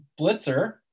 blitzer